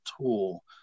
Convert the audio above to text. tool